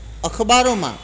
અખબારોમાં